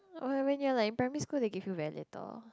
oh when you are like in primary school they gave you very little